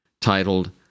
titled